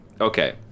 Okay